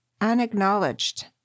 unacknowledged